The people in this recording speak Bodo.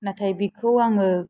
नाथाय बिखौ आङो